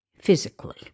physically